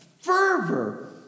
fervor